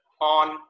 on